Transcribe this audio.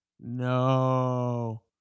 No